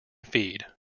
feed